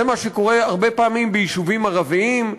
וזה מה שקורה הרבה פעמים ביישובים ערביים,